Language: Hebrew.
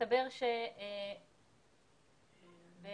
מה